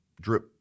drip